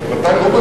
על העיקרון,